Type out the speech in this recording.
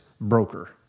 broker